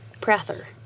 Prather